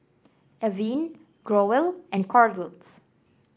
Avene Growell and Kordel's